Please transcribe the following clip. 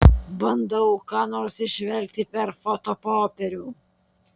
bandau ką nors įžvelgti per fotopopierių